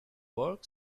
work